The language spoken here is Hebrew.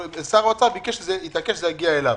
אבל שר האוצר התעקש שזה יגיע אליו.